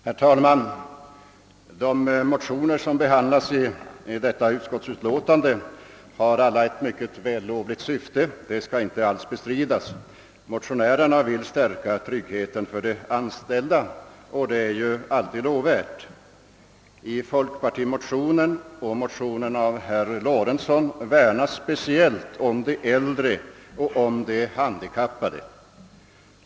Herr talman! De motioner som behandlas i detta utskottsutlåtande har alla ett mycket vällovligt syfte, vilket inte skall bestridas. Motionärerna vill stärka tryggheten för de anställda. I folkpartimotionen och i herr Lorentzons motion värnas speciellt om de äldre och de handikappade.